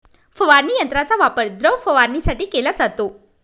फवारणी यंत्राचा वापर द्रव फवारणीसाठी केला जातो